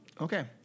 Okay